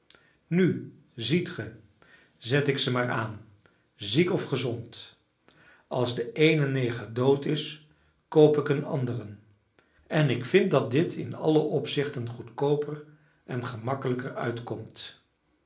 nu ziet ge zet ik ze maar aan ziek of gezond als de eene neger dood is koop ik een anderen en ik vind dat dit in alle opzichten goedkooper en gemakkelijker uitkomt